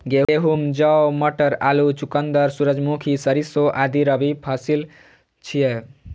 गहूम, जौ, मटर, आलू, चुकंदर, सूरजमुखी, सरिसों आदि रबी फसिल छियै